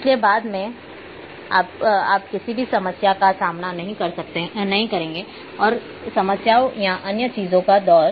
इसलिए बाद में आप किसी भी समस्या का सामना नहीं कर सकते हैं जैसे कि समस्याओं या अन्य चीज़ों का दौर